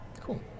Cool